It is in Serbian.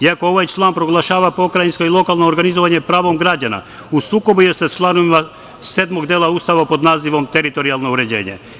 Iako ovaj član proglašava pokrajinsko i lokalno organizovanje pravom građana, u sukobu je sa članovima sedmog dela Ustava pod nazivom „Teritorijalno uređenje“